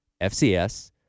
FCS –